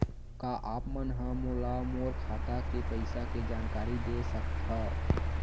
का आप मन ह मोला मोर खाता के पईसा के जानकारी दे सकथव?